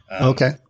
okay